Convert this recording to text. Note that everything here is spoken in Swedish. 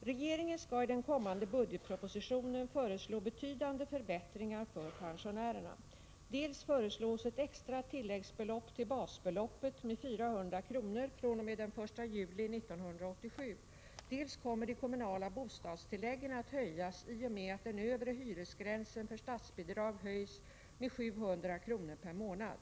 Regeringen skall i den kommande budgetpropositionen föreslå betydande förbättringar för pensionärerna. Dels föreslås ett extra tilläggsbelopp till basbeloppet med 400 kr. fr.o.m. den 1 juli 1987, dels kommer de kommunala bostadstilläggen att höjas i och med att den övre hyresgränsen för statsbidrag höjs med 700 kr. per månad.